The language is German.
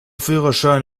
führerschein